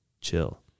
chill